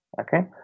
okay